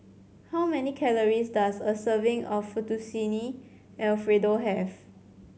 how many calories does a serving of Fettuccine Alfredo have